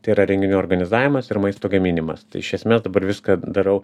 tai yra renginių organizavimas ir maisto gaminimas tai iš esmės dabar viską darau